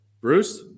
Bruce